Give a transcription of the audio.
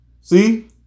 See